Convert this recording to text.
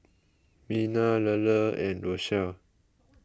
Mina Lela and Rochelle